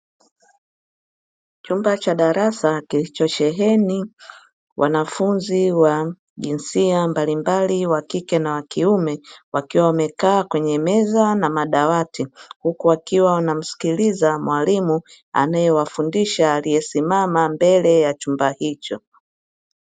Chumba cha darasa kilichosheheni wanafunzi wa jinsia mbalimbali (wa kike na wa kiume) wakiwa wamekaa kwenye meza na madawati. Huku wakiwa wanamsikiliza mwalimu anayewafundisha aliyesimama mbele ya chumba hicho.